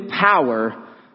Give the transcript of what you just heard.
power